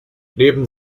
neben